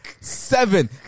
seven